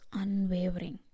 unwavering